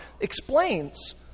explains